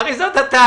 הרי זאת הטענה.